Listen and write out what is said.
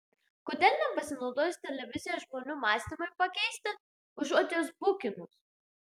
kodėl nepasinaudojus televizija žmonių mąstymui pakeisti užuot juos bukinus